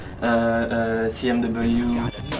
CMW